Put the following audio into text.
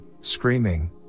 screaming